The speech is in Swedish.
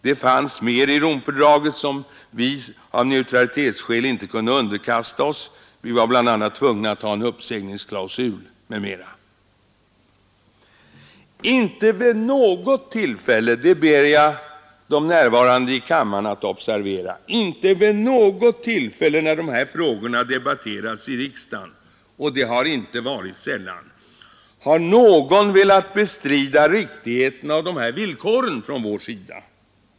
Det fanns mer i Romfördraget som vi av neutralitetsskäl inte kunde underkasta oss: vi skulle bl.a. vara tvungna att ha en uppsägningsklausul Inte vid något tillfälle det ber jag de närvarande i kammaren att observera — när de här frågorna debatterats i riksdagen, och det har inte varit sällan, har någon velat betrida riktigheten i att vi ställde upp de här villkoren.